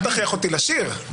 אל תכריח אותי לשיר,